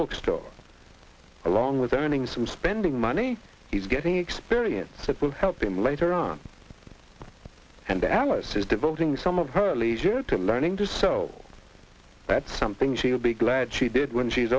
bookstore along with earning some spending money he's getting experience that will help him later on and alice is devoting some of her leisure time learning to so that's something she'll be glad she did when she's